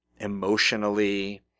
emotionally